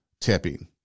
tipping